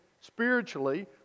spiritually